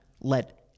let